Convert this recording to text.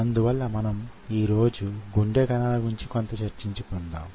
అందువలన ముందటి క్లాసులో మనం చెప్పిన దాన్ని కొనసాగిద్దాం